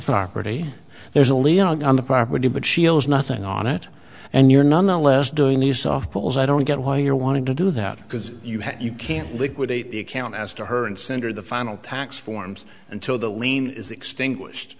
property there's only on the property but she owes nothing on it and you're nonetheless doing these softballs i don't get why you're wanting to do that because you have you can't liquidate the account as to her and center the final tax forms until the lien is extinguished